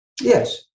Yes